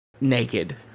naked